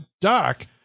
Doc